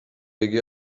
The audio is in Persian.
بگی